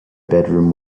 bedroom